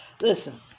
Listen